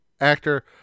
actor